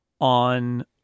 on